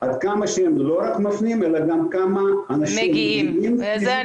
לא רק כמה הם מפנים אלא גם כמה אנשים מגיעים פיזית להמשך טיפול.